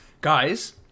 guys